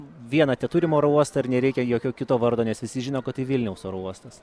vieną teturim oro uostą ir nereikia jokio kito vardo nes visi žino kad tai vilniaus oro uostas